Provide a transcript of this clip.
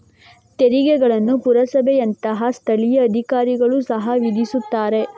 ತೆರಿಗೆಗಳನ್ನು ಪುರಸಭೆಯಂತಹ ಸ್ಥಳೀಯ ಅಧಿಕಾರಿಗಳು ಸಹ ವಿಧಿಸುತ್ತಾರೆ